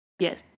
Yes